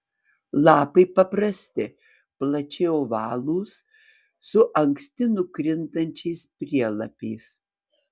lapai paprasti plačiai ovalūs su anksti nukrintančiais prielapiais